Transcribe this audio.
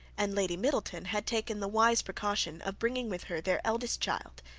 and lady middleton had taken the wise precaution of bringing with her their eldest child,